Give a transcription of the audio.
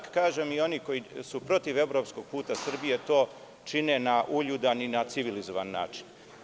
Kažem, čak i oni koji su protiv evropskog puta Srbije to čine na uljudan i na civilizovan način.